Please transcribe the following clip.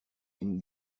une